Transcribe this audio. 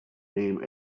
name